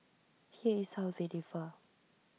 here is how they differ